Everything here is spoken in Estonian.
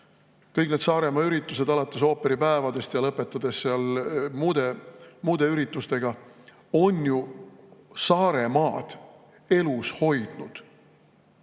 Kõik need Saaremaa üritused, alates ooperipäevadest ja lõpetades muude üritustega, on ju Saaremaad elus hoidnud.